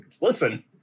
listen